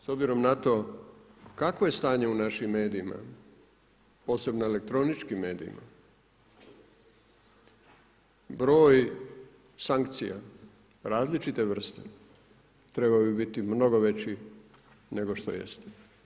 S obzirom na to kakvo je stanje u našim medijima, posebno elektroničkim medijima, broj sankcija različite vrste trebalo bi biti mnogo veći nego što jest.